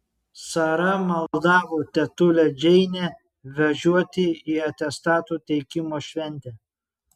sara maldavo tetulę džeinę važiuoti į atestatų teikimo šventę